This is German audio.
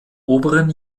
oberen